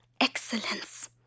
Excellence